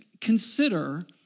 consider